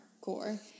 core